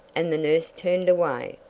and the nurse turned away.